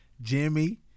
Jimmy